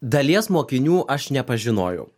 dalies mokinių aš nepažinojau